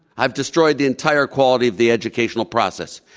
i've destroyed the entire quality of the educational process.